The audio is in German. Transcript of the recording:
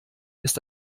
ist